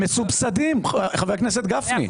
הם מסובסדים, חבר הכנסת גפני.